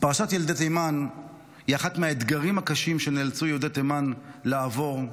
פרשת ילדי תימן היא אחד מהאתגרים הקשים שנאלצו יהודי תימן לעבור,